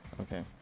Okay